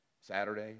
Saturday